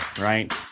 right